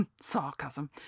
sarcasm